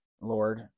Lord